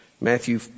Matthew